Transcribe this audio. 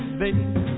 baby